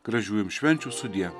gražių jums švenčių sudie